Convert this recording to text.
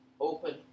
open